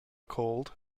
called